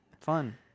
Fun